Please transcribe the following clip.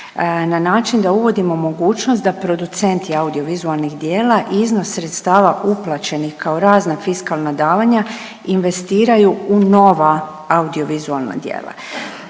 na način da uvodimo mogućnost da producenti audiovizualnih djela iznos sredstava uplaćenih kao razna fiskalna davanja investiraju u nova audiovizualna djela.